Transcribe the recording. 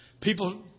People